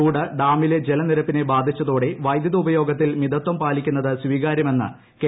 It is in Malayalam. ചൂട് ഡാമിലെ ജലനിരപ്പിനെ ബാധിച്ചതോടെ വൈദ്യുത ഉപയോഗത്തിൽ മിത്തും പാലിക്കുന്നത് സ്വീകാര്യമെന്ന് കെ